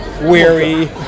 weary